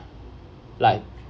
like